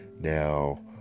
now